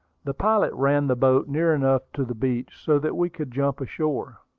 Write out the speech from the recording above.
the pilot ran the boat near enough to the beach so that we could jump ashore.